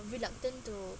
reluctant to